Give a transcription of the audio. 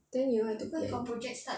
then you know I have to plan